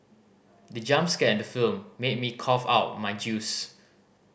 the jump scare in the film made me cough out my juice